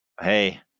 Hey